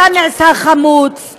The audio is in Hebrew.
אתה נעשה חמוץ,